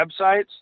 websites